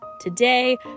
Today